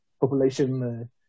population